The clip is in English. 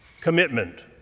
commitment